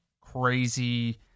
Crazy